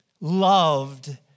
loved